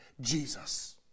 Jesus